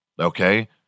Okay